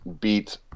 beat